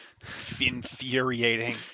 Infuriating